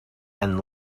and